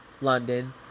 London